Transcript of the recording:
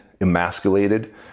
emasculated